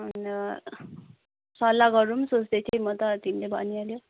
अन्त सल्लाह गरौँ सोच्दै थिएँ म त तिमीले भनी हाल्यौ